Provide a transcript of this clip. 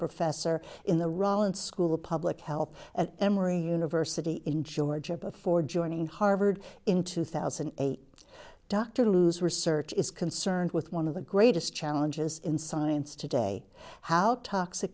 professor in the rollins school of public health at emory university in georgia before joining harvard in two thousand and eight dr lou's research is concerned with one of the greatest challenges in science today how toxic